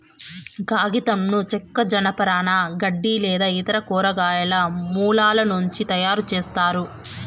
కాగితంను చెక్క, జనపనార, గడ్డి లేదా ఇతర కూరగాయల మూలాల నుంచి తయారుచేస్తారు